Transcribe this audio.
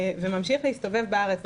ממשיך להסתובב בארץ,